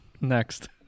next